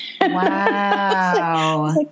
Wow